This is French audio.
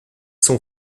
sont